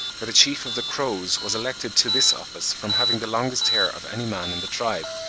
for the chief of the crows was elected to this office from having the longest hair of any man in the tribe,